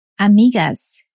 Amigas